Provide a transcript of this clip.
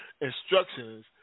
instructions